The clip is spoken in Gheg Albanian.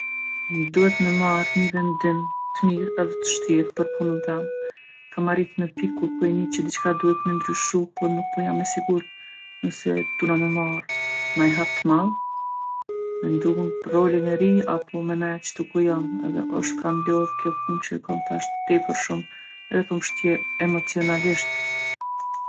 Duhet me marrë ni vendim t'mirë edhe t'vshtirë për punën tem. Kam arritë në pikë kur po i ni që dicka duhet me ndyrshu po nuk po jam e sigurtë nëse duhna me marrë naj hap t'madh, me ndrru rolin e ri apo me nejt qitu ku jom edhe osht kah m'lodhë kjo punë që e kom tash tepër shumë edhe po m'shtjerrë emocionalisht.